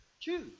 Choose